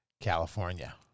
California